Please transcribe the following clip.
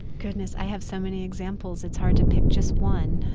goodness, i have so many examples it's hard to pick just one.